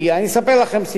אני אספר לכם סיפור.